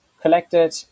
collected